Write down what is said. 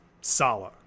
Sala